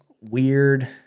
weird